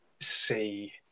see